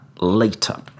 later